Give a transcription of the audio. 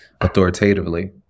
authoritatively